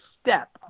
step